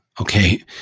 Okay